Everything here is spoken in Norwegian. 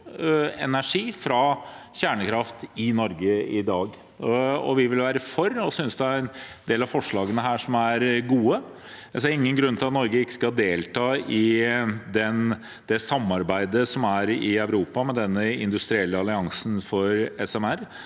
energi fra kjernekraft i Norge i dag. Vi vil være for, og vi synes det er en del av forslagene som er gode. Jeg ser ingen grunn til at Norge ikke skal delta i det samarbeidet som er i Europa om den industrielle alliansen for SMR,